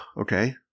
okay